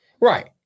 Right